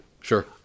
sure